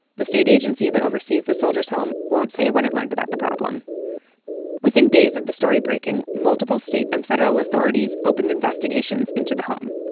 the state agency that oversees the soldiers' home won't say when it learned about the problem within days of the story breaking, multiple state and federal authorities opened investigations into the home.